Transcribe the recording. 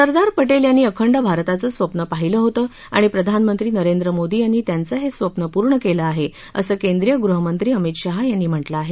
सरदार पटेल यांनी अखंड भारताचं स्वप्न पाहिलं होतं आणि प्रधानमंत्री नरेंद्र मोदी यांनी त्याचं हे स्वप्न पूर्ण केलं आहे असं केंद्रीय गृहमंत्री अमित शाह यांनी म्हटलं आहे